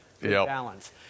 balance